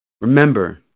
Remember